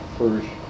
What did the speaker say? first